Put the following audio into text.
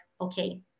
okay